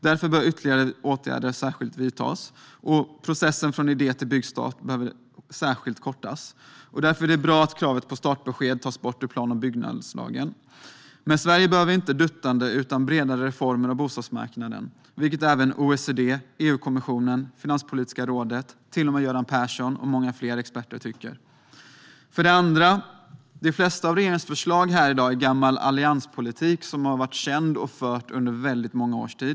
Därför bör ytterligare åtgärder vidtas. Särskilt processen från idé till byggstart behöver kortas. Därför är det bra att kravet på startbesked tas bort från plan och bygglagen. Sverige behöver inte duttande utan breda reformer av bostadsmarknaden, vilket även OECD, EU-kommissionen, Finanspolitiska rådet och till och med Göran Persson och många experter tycker. För det andra är de flesta av regeringens förslag i dag gammal allianspolitik som har varit känd och som har förts under många års tid.